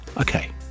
okay